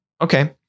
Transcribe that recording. Okay